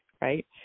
right